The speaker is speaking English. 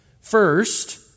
First